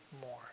more